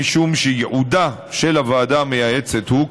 משום שייעודה של הוועדה המייעצת הוא,